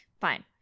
Fine